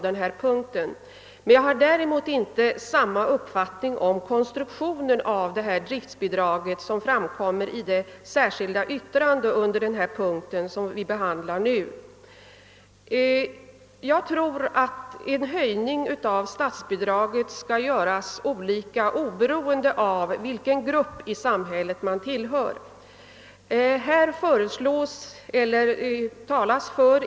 Däremot har jag inte samma uppfattning om konstruktionen av detta driftbidrag som anges i det särskilda yttrandet under den punkt som vi nu behandlar. Jag tror att en höjning av statsbidraget skall genomföras oberoende av vilken grupp i samhället som skall tillgodogöra sig barntillsynen.